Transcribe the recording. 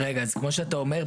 כמו שאתה אומר,